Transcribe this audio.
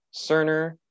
Cerner